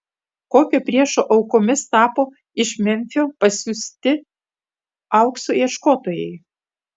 kokio priešo aukomis tapo iš memfio pasiųsti aukso ieškotojai